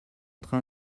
train